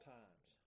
times